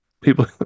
People